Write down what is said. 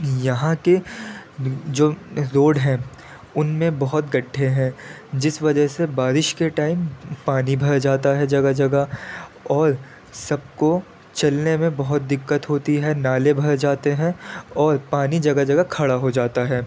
یہاں کے جو روڈ ہیں ان میں بہت گڈھے ہیں جس وجہ سے بارش کے ٹائم پانی بھر جاتا ہے جگہ جگہ اور سب کو چلنے میں بہت دقت ہوتی ہے نالے بھر جاتے ہیں اور پانی جگہ جگہ کھڑا ہو جاتا ہے